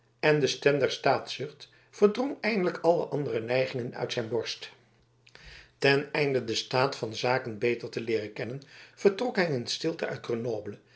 en de stem der staatzucht verdrong eindelijk alle andere neigingen uit zijn borst ten einde den staat van zaken beter te leeren kennen vertrok hij in stilte